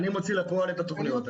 אני מוציא לפועל את התוכנית.